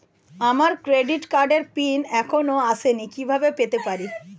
আমার ক্রেডিট কার্ডের পিন এখনো আসেনি কিভাবে পেতে পারি?